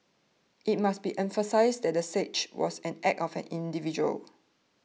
it must be emphasised that the siege was an act of an individual